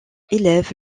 élève